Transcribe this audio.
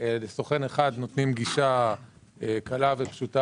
לסוכן אחד נותנים גישה קלה ופשוטה